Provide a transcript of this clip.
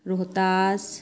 Rohtas